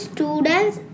Students